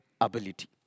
ability